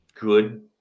good